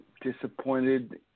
Disappointed